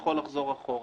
יכול לחזור אחורה.